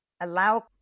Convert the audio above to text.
allow